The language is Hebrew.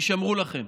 הישמרו לכם.